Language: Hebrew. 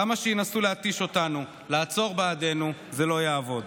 כמה שינסו להתיש אותנו, לעצור בעדנו, זה לא יעבוד.